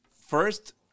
First